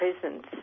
presence